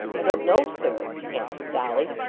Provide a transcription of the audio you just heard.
i don't know, sir answered dolly,